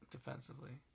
Defensively